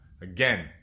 Again